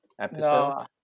episode